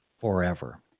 forever